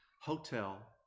Hotel